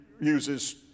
uses